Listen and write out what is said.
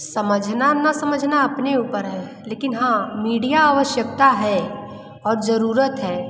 समझना ना समझना अपने ऊपर है लेकिन हाँ मीडिया आवश्यकता है और ज़रूरत है